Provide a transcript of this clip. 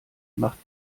macht